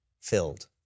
filled